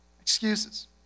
Excuses